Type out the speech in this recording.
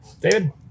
David